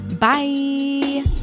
Bye